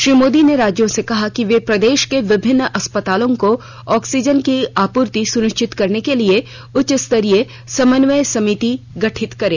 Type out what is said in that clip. श्री र्मादी ने राज्यों से कहा कि वे प्रदेश के विभिन्न अस्पतालों को ऑक्सीजन की आपूर्ति सुनिश्चित करने के लिए उच्च स्तरीय समन्वय समिति गठित करें